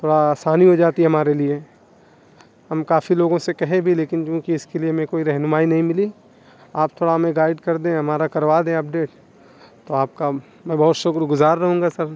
تھوڑا آسانی ہو جاتی ہمارے لیے ہم کافی لوگوں سے کہے بھی لیکن جونکہ اس کے لیے ہمیں کوئی رہنمائی نہیں ملی آپ تھوڑا ہمیں گائیڈ کر دیں ہمارا کروا دیں اپڈیٹ تو آپ کا میں بہت شکر گزار رہوں گا سر